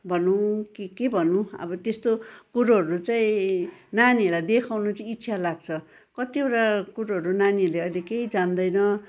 भनौँ कि के भनूँ अब त्यस्तो कुरोहरू चाहिँ नानीहरूलाई देखाउनु चाहिँ इच्छा लाग्छ कतिवटा कुरोहरू नानीहरूले अहिले केही जान्दैन